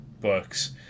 books